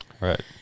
Right